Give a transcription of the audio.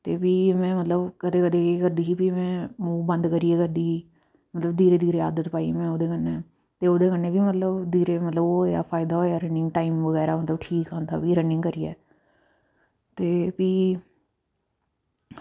ते भी उनें मतलब करेड़ी होई जंदी ही मुहं बंद करियै कड्ढी ते भी दूरै दूरै दी आदत पाई में उंदे कन्नै ओह्दे कन्नै केह् मतलब दूरै दा केह् फायदा होया टाईम बगैरा होंदा ओह्बी ठीक करियै ते भी